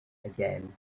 again